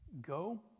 go